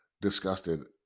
disgusted